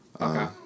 Okay